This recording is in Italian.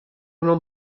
non